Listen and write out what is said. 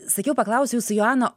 sakiau paklausiu jūsų joana